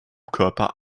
körper